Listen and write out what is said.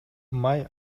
май